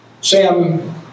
Sam